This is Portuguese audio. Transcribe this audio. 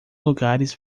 lugares